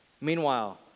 Meanwhile